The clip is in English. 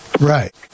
Right